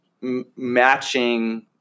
matching